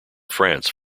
france